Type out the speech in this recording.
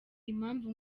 impamvu